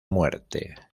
muerte